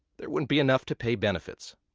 there wouldn't be enough to pay benefits.